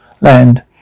land